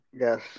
Yes